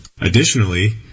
Additionally